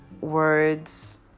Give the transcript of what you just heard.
words